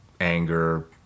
anger